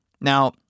Now